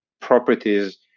properties